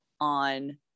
on